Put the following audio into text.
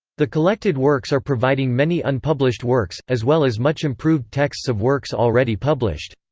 the collected works are providing many unpublished works, as well as much-improved texts of works already published.